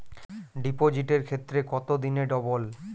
ডিপোজিটের ক্ষেত্রে কত দিনে ডবল?